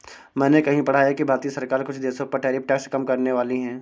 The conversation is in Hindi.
मैंने कहीं पढ़ा है कि भारतीय सरकार कुछ देशों पर टैरिफ टैक्स कम करनेवाली है